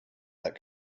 that